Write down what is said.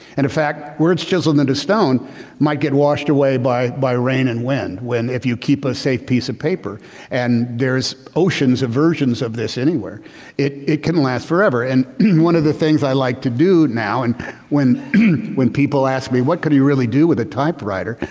and in fact, words chiseled into stone might get washed away by by rain and wind when if you keep a safe piece of paper and there's oceans of versions of this anywhere it it can last forever and one of the things i like to do now and when when people ask me, what could you really do with a typewriter?